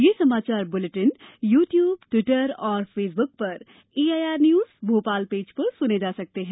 ये समाचार बुलेटिन यू ट्यूब ट्विटर और फेसबुक पर एआईआर न्यूज भोपाल पेज पर सुने जा सकते हैं